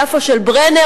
יפו של ברנר,